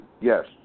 Yes